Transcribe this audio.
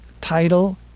title